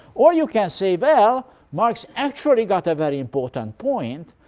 or you can say, well marx actually got a very important point,